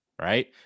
right